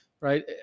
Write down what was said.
right